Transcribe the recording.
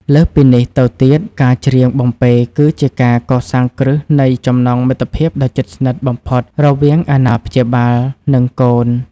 លើសពីនេះទៅទៀត ការច្រៀងបំពេគឺជាការកសាងគ្រឹះនៃចំណងមិត្តភាពដ៏ជិតស្និទ្ធបំផុតរវាងអាណាព្យាបាល និងកូន។